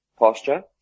posture